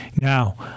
Now